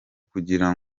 kugira